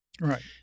Right